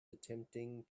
attempting